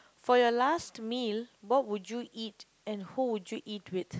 for your last meal what would you eat and who would you eat with